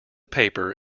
paper